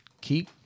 keep